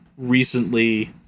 Recently